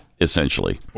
essentially